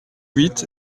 huit